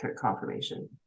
confirmation